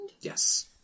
Yes